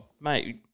Mate